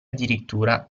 addirittura